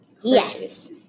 Yes